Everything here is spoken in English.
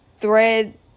thread